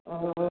होय